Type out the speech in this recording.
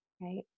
Right